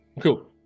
Cool